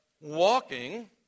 walking